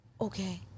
Okay